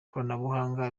koranabuhanga